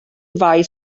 ddau